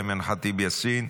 אימאן ח'טיב יאסין,